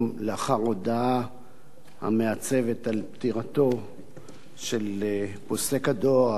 לאחר ההודעה המעצבת על פטירתו של פוסק הדור,